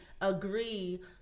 agree